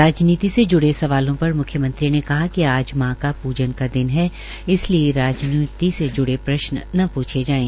राजनीति से ज्ड़े सवालों पर म्ख्यमंत्री ने कहा कि आज मां का प्जन का दिन है इसलिए राजनीति से जुड़े प्रश्न न पूछे जाये